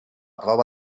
prova